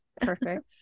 Perfect